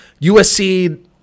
USC